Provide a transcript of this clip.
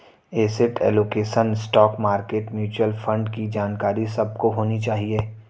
asset allocation, stock market, mutual fund की जानकारी सबको होनी चाहिए